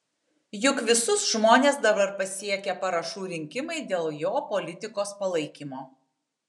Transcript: juk visus žmones dabar pasiekia parašų rinkimai dėl jo politikos palaikymo